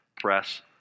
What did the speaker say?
press